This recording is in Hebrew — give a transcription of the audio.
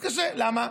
מתקשה, למה?